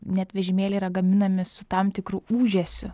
net vežimėliai yra gaminami su tam tikru ūžesiu